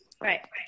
Right